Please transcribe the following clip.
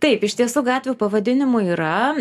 taip iš tiesų gatvių pavadinimų yra